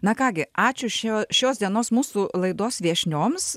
na ką gi ačiū šio šios dienos mūsų laidos viešnioms